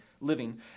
living